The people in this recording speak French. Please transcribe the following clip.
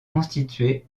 constituée